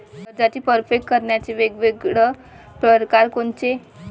कर्जाची परतफेड करण्याचे वेगवेगळ परकार कोनचे?